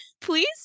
please